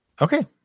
Okay